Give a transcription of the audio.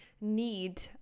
need